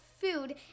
food